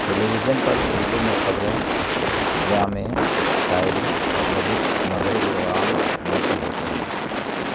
ٹیلی vision پر اردو میں خبریں ڈرامے شاعری اور مذہب مذہب پروگرام نشر ہوتے ہیں